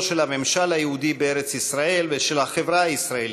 של הממשל היהודי בארץ-ישראל ושל החברה הישראלית,